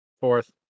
Fourth